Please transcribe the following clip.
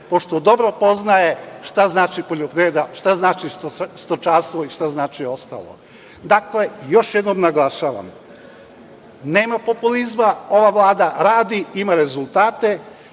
pošto dobro poznaje šta znači poljoprivreda, šta znači stočarstvo i šta znači ostalo. Još jednom naglašavam nema populizma, ova Vlada radi i ima rezultate